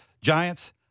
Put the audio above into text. Giants